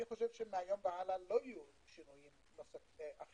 אני חושב שמהיום והלאה לא יהיו שינויים אחרים.